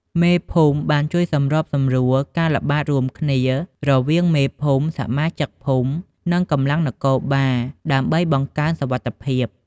មេភូមិបានជួយសម្របសម្រួលការល្បាតរួមគ្នារវាងមេភូមិ សមាជិកភូមិ និងកម្លាំងនគរបាល ដើម្បីបង្កើនសុវត្ថិភាព។